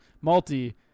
multi